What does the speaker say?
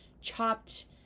chopped